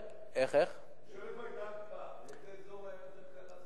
איזה אזור היה יותר קל?